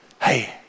Hey